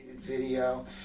video